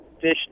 fish